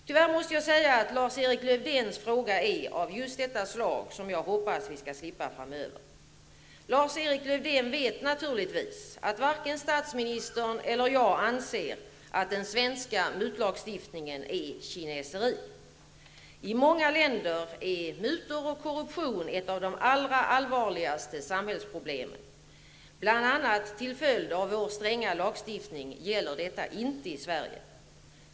Tyvärr måste jag säga att Lars-Erik Lövdéns fråga är av just detta slag som jag hoppas vi skall slippa framöver. Lars-Erik Lövdén vet naturligtvis att varken statsministern eller jag anser att den svenska mutlagstiftningen är ''kineseri''. I många länder är mutor och korruption ett av de allra allvarligaste samhällsproblemen. Bl.a. till följd av vår stränga lagstiftning gäller detta inte i Sverige.